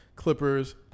Clippers